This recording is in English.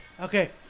Okay